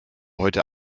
heute